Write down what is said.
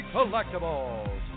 Collectibles